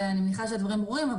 ואני מניחה שהדברים ברורים,